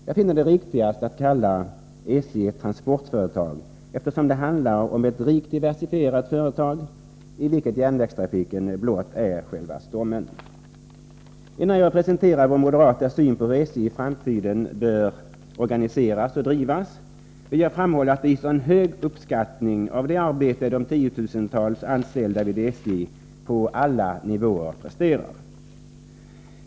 Jag finner det riktigast att kalla SJ ett transportföretag, eftersom det handlar om ett rikt diversifierat företag, i vilket järnvägstrafiken blott är själva stommen. Innan jag presenterar vår moderata syn på hur SJ i framtiden bör organiseras och drivas, vill jag framhålla att vi hyser en hög uppskattning av det arbete de tiotusentals anställda på alla nivåer inom SJ presterar.